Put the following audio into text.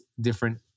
different